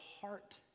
heart